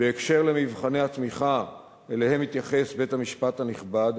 בהקשר של מבחני התמיכה שאליהם התייחס בית-המשפט הנכבד,